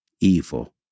evil